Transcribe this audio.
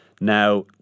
Now